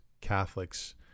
Catholics